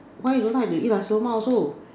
why you don't like to eat Nasi-Lemak also